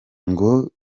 ngo